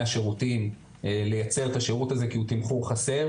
השירותים לייצר את השירות הזה כי הוא תמחור חסר,